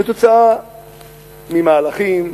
בגלל מהלכים,